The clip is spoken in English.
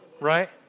Right